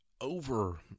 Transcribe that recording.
over